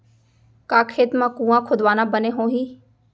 का खेत मा कुंआ खोदवाना बने होही?